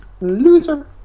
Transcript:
Loser